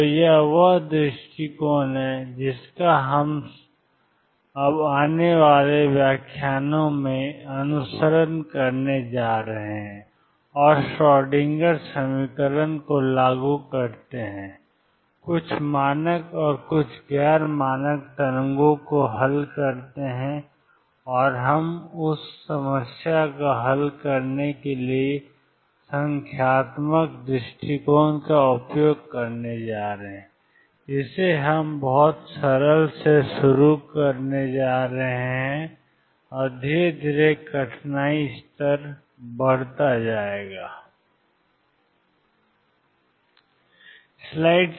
तो यह वह दृष्टिकोण है जिसका हम अब आने वाले व्याख्यानों में अनुसरण करने जा रहे हैं और श्रोडिंगर समीकरण को लागू करते हैं कुछ मानक और कुछ गैर मानक तरंगों को हल करते हैं हम उस समस्या को हल करने के लिए संख्यात्मक दृष्टिकोण का उपयोग करने जा रहे हैं जिसे हम बहुत सरल से शुरू करने जा रहे हैं समस्याएं और धीरे धीरे कठिनाई स्तर को बढ़ाएं